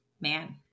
man